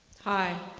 hi.